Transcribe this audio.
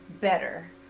better